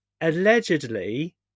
allegedly